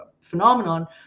phenomenon